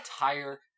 entire